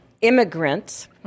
immigrants